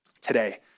today